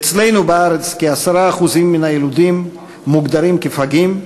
אצלנו בארץ כ-10% מן היילודים מוגדרים פגים,